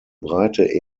breite